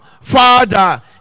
father